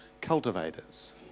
cultivators